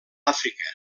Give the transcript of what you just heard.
àfrica